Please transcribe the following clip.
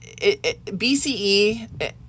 bce